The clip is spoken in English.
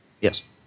Yes